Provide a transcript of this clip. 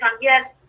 yes